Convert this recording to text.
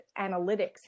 analytics